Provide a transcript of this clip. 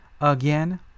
again